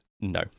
no